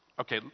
Okay